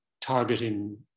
targeting